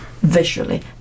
Visually